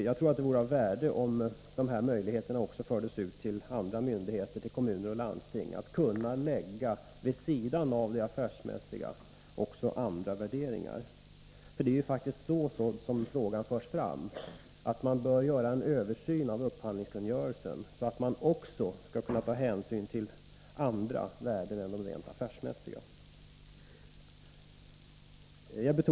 Jag tror att det vore av värde om man också till andra myndigheter, till kommuner och landsting, förde ut möjligheterna att vid sidan av de affärsmässiga värderingarna göra även andra. Det är just vad frågan gäller — att man bör göra en översyn av upphandlingskungörelsen i syfte att göra det möjligt att ta hänsyn till också andra värden än de rent affärsmässiga.